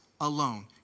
alone